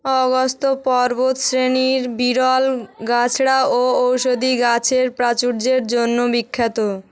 অগস্ত্য পর্বতশ্রেণীর বিরল গাছড়া ও ঔষধি গাছের প্রাচুর্যের জন্য বিখ্যাত